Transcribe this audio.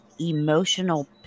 emotional